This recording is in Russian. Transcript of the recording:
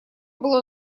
было